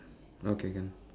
okay can